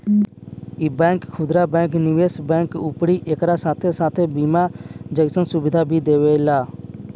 इ बैंक खुदरा बैंक, निवेश बैंक अउरी एकरा साथे साथे बीमा जइसन सुविधा भी देवेला